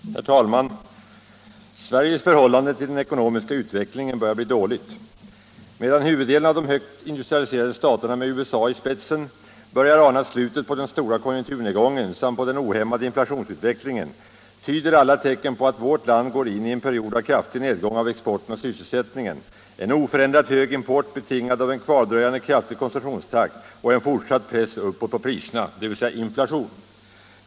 Herr talman! Sveriges förhållande till den ekonomiska utvecklingen börjar bli dåligt. Medan huvuddelen av de högt industrialiserade staterna med USA i spetsen börjar ana slutet på den stora konjunkturnedgången samt på den ohämmade inflationsutvecklingen tyder alla tecken på att vårt land går in i en period av kraftig nedgång av exporten och sysselsättningen, en oförändrat hög import betingad av en kvardröjande kraftig kansumtionstakt och en fortsatt press uppåt på priserna, dvs. inflation.